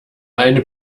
eine